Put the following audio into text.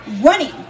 running